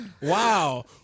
Wow